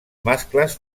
mascles